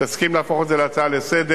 אם תסכים להפוך את זה להצעה לסדר-היום,